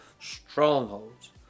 strongholds